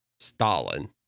Stalin